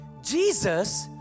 Jesus